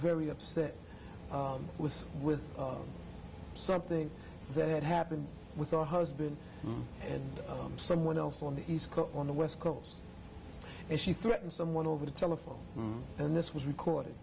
very upset with with something that had happened with a husband and someone else on the east coast on the west coast and she threatened someone over the telephone and this was recorded